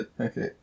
Okay